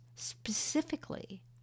specifically